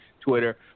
Twitter